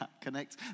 connect